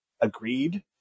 agreed